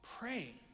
Pray